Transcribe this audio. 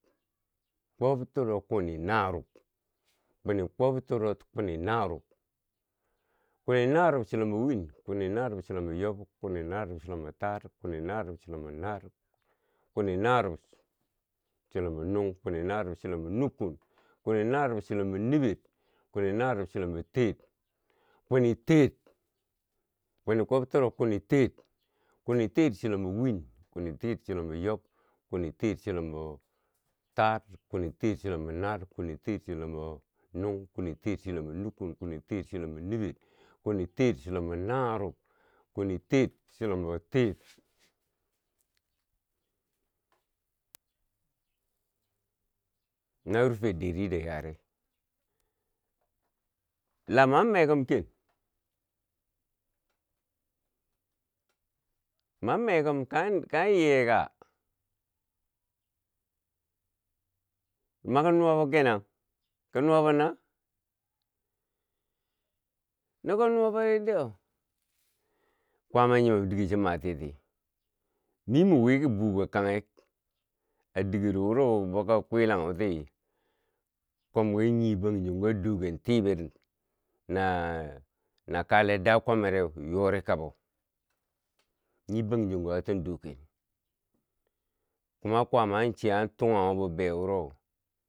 Kwob toro kwini narob, kwini kwob toro kwini narob, kwini narob chilombo win, kwini narob chilombo yob, kwini narob chilombo taar, kwini narob chilombo naar, kwini narob chilombo nuung, kwini narob chilombo nukkun, kwini narob chilombo niber, kwini narob chilombo teer, kwini teer, kwini kwob toro kwini teer, kwini teer chilombo win, kwini kwini teer chilombo yob, kwini teer chilombo taar, kwini teer chilombo naar, kwini teer chilombo nuung, kwini teer chilombo nukkun, kwini teer chilombo niber, kwini teer chilombo narob, kwini teer chilombo teer, na rufe dari da yare la man me kom ken, man mekom kam yi yeka? no kon nuwa bo kenan kon nuwa bo na? no ko, nuwa bo ri to, kwaama nyimom dighe chima tiye ti, mi min wi ki buka kanghek a dighero wuro bo ko kwilanghu ti kom ki nyi bangjong a do gen tiber na na kale da kwammereu, yori kabo nyi bangjongo a tan do gen kuma kwaama an chiya an tunghanghu bi beyo wuro.